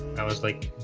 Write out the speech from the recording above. i was like